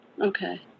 Okay